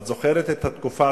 את זוכרת את התקופה,